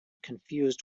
confused